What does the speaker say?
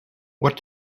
what